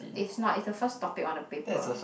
it's not it's the first topic on the paper